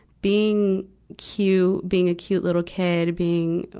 being cute, being a cute little kid, being,